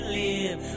live